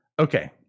Okay